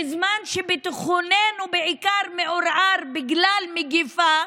בזמן שביטחוננו מעורער בעיקר בגלל מגפה,